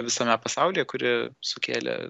visame pasaulyje kuri sukėlė